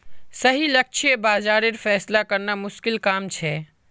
सही लक्ष्य बाज़ारेर फैसला करना मुश्किल काम छे